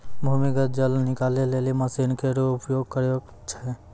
भूमीगत जल निकाले लेलि मसीन केरो प्रयोग करै छै